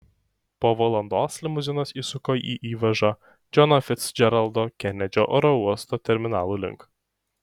po valandos limuzinas įsuko į įvažą džono ficdžeraldo kenedžio oro uosto terminalų link